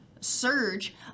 surge